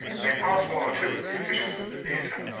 they passed one or two of the officials of the theatre,